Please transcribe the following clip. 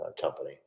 company